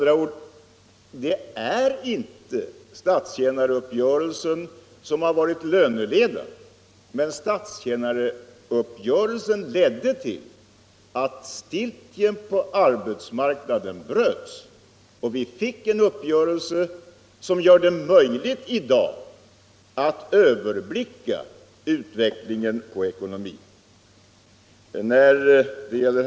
Det är med andra ord inte statstjänaruppgörelsen som har varit löneledande, men den ledde till att stiltjen på arbetsmarknaden bröts, så att vi fick en uppgörelse som gör det möjligt att i dag överblicka den ekonomiska utvecklingen.